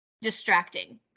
distracting